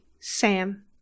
Sam